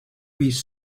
piece